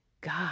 God